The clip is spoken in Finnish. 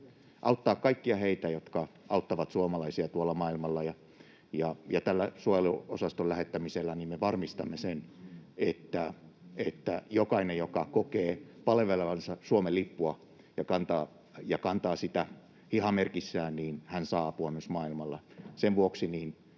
auttaa kaikkia heitä, jotka auttavat suomalaisia tuolla maailmalla, ja tällä suojeluosaston lähettämisellä me varmistamme sen, että jokainen, joka kokee palvelevansa Suomen lippua ja kantaa sitä hihamerkissään, saa apua myös maailmalla. Sen vuoksi